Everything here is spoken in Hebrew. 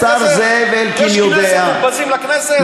השר זאב אלקין יודע, יש כנסת, והם בזים לכנסת.